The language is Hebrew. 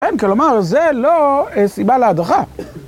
אין כלומר, זה לא סיבה להדרכה.